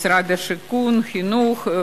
משרד השיכון ומשרד החינוך.